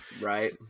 right